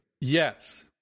Yes